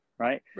Right